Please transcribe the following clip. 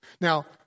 Now